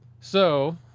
So-